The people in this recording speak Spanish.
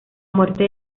muerte